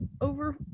over